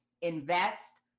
invest